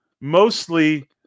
Mostly